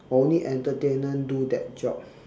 only entertainer do that job